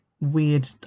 weird